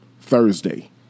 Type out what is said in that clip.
Thursday